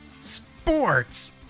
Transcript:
Sports